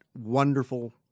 wonderful